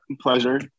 pleasure